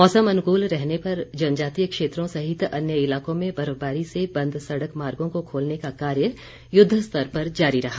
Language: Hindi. मौसम अनुकूल रहने पर जनजातीय क्षेत्रों सहित अन्य इलाकों में बर्फबारी से बंद सड़क मार्गो को खोलने का कार्य युद्वस्तर पर जारी रहा